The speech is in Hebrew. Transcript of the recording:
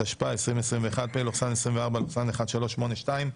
התשפ"א-2021 (פ/1382/24),